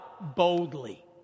boldly